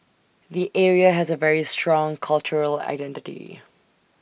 the area has A very strong cultural identity